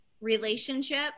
relationship